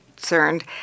Concerned